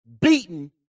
beaten